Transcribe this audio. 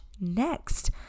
Next